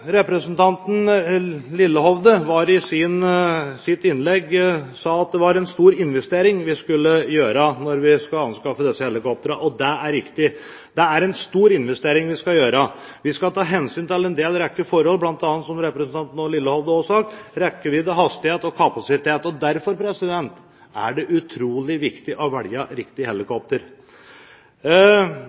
Representanten Lillehovde sa i sitt innlegg at det er en stor investering å skulle anskaffe disse helikoptrene. Det er riktig, det er en stor investering vi skal gjøre. Vi skal ta hensyn til en hel rekke forhold, som bl.a. representanten Lillehovde også sa, som rekkevidde, hastighet og kapasitet. Derfor er det utrolig viktig å velge riktig helikopter.